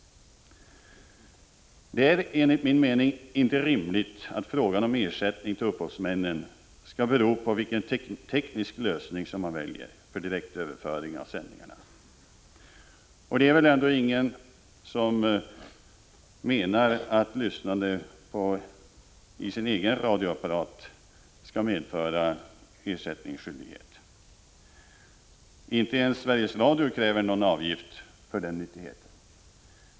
Det är, enligt min mening, inte rimligt att frågan om ersättning till upphovsmännen skall bero på vilken teknisk lösning man väljer för direktöverföring av sändningarna. Det är väl ändå inte någon som menar att lyssnande på egen radioapparat skall medföra ersättningsskyldighet? Inte ens Sveriges Radio kräver någon avgift för den nyttigheten.